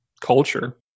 culture